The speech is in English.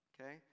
okay